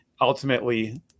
ultimately